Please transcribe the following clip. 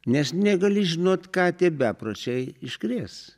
nes negali žinot ką tie bepročiai iškrės